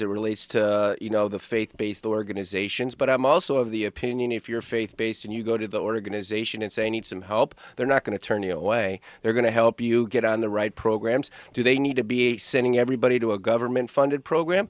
it relates to you know the faith based organizations but i'm also of the opinion if your faith based and you go to the organization and say need some help they're not going to turn you away they're going to help you get on the right programs do they need to be sending everybody to a government funded program